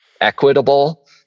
equitable